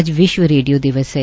आज विश्व रेडियो दिवस है